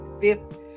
fifth